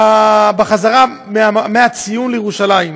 בחזרה מהציון לירושלים.